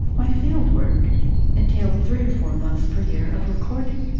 my fieldwork entailed three to four months per year of recording,